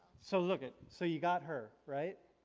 so look it. so you got her, right?